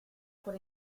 por